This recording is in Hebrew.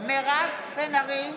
מירב בן ארי,